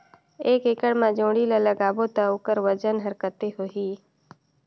एक एकड़ मा जोणी ला लगाबो ता ओकर वजन हर कते होही?